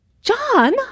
John